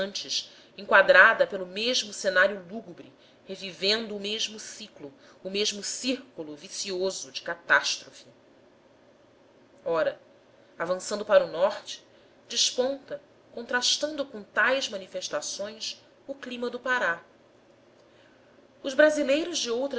turbilhonantes enquadrada pelo mesmo cenário lúgubre revivendo o mesmo ciclo o mesmo círculo vicioso de catástrofes ora avançando para o norte desponta contrastando com tais manifestações o clima do pará os brasileiros de